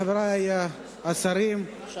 חברי השרים,